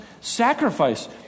sacrifice